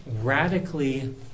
radically